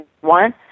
One